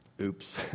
Oops